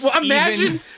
imagine